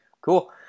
Cool